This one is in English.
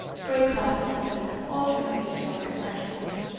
break glasses, and ultimately steal my spectacles,